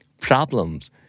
problems